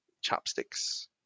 chopsticks